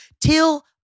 till